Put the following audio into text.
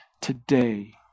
today